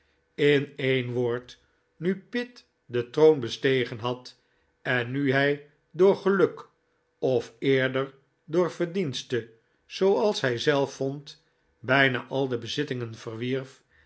in een woord nu pitt den troon bestegen had en nu hij door geluk of eerder door verdienste zooals hijzelf vond bijna al de bezittingen verwierf